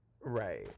Right